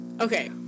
okay